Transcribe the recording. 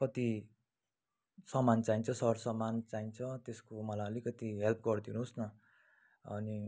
कति सामान चाहिन्छ सरसामान चाहिन्छ त्यसको मलाई अलिकति हेल्प गरिदिनुहोस् न अनि